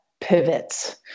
pivots